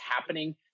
happening